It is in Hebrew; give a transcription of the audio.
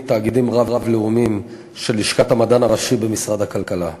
תאגידים רב-לאומיים של לשכת המדען הראשי במשרד הכלכלה.